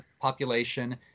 population